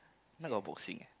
now got boxing eh